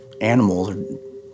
animals